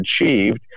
achieved